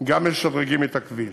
גם משדרגות את הכביש.